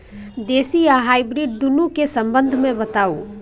देसी आ हाइब्रिड दुनू के संबंध मे बताऊ?